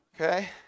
Okay